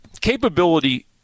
capability